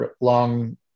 long